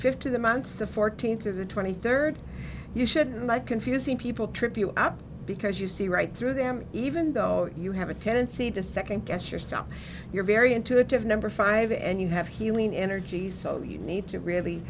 fifth to the months the fourteenth as a twenty third you should my confusing people trip you up because you see right through them even though you have a tendency to second guess yourself you're very intuitive number five and you have healing energy so you need to really